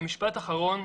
ומשפט אחרון,